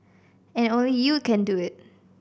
and only you can do it